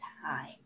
time